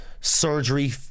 surgery